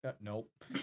Nope